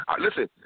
Listen